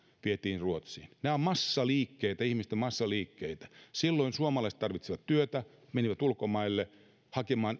vietiin ruotsiin nämä ovat massaliikkeitä ihmisten massaliikkeitä silloin suomalaiset tarvitsivat työtä menivät ulkomaille hakemaan